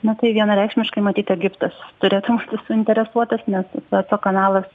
na tai vienareikšmiškai matyt egiptas turėtum už tai suinteresuotas nes so kanalas